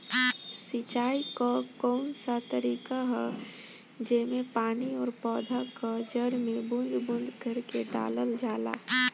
सिंचाई क कउन सा तरीका ह जेम्मे पानी और पौधा क जड़ में बूंद बूंद करके डालल जाला?